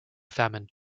famine